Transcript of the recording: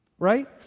Right